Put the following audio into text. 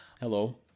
hello